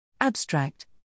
Abstract